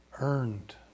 earned